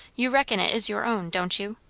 you reckon it is your own, don't you?